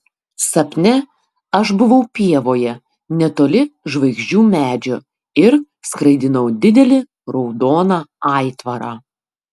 sapne aš buvau pievoje netoli žvaigždžių medžio ir skraidinau didelį raudoną aitvarą